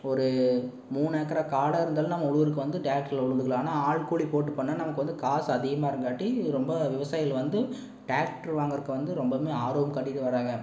ஒரு மூணு ஏக்கரா காடாக இருந்தாலும் நம்ம உழுவுறதுக்கு வந்து டிராக்டர்ல உழுதுக்கலாம் ஆனால் ஆள் கூலி போட்டு பண்ணால் நமக்கு வந்து காசு அதிகமாகருங்காட்டி ரொம்ப விவசாயிகள் வந்து டிராக்டர் வாங்குறதுக்கு வந்து ரொம்பவுமே ஆர்வம் காட்டிட்டு வராங்க